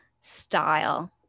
style